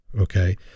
Okay